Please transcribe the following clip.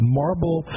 marble